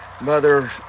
mother